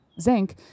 zinc